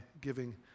giving